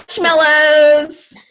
marshmallows